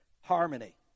harmony